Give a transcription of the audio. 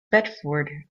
bedford